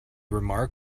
remark